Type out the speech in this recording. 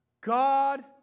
God